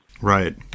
Right